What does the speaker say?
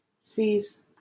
sees